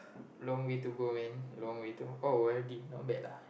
long way to go man long way to oh not bad lah